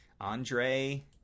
Andre